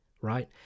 right